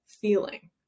feeling